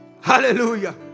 Hallelujah